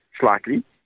slightly